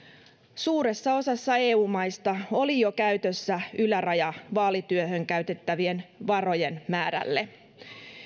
suuressa osassa eu maista oli jo käytössä yläraja vaalityöhön käytettävien varojen määrälle